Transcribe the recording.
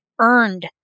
earned